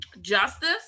justice